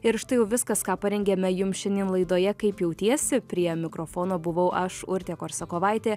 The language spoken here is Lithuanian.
ir štai jau viskas ką parengėme jums šiandien laidoje kaip jautiesi prie mikrofono buvau aš urtė korsakovaitė